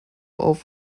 auf